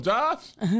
Josh